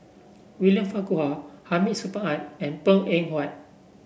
William Farquhar Hamid Supaat and Png Eng Huat